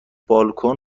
بالن